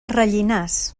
rellinars